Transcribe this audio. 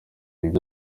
ibyo